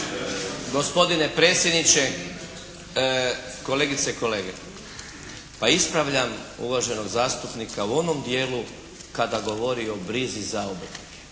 Gospodine predsjedniče, kolegice i kolege. Pa ispravljam uvaženog zastupnika u onom dijelu kada govori o brizi za obrtnike.